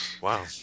Wow